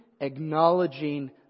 acknowledging